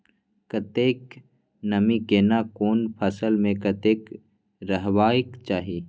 कतेक नमी केना कोन फसल मे कतेक रहबाक चाही?